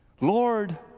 Lord